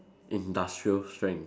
industrial strength